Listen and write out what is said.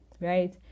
right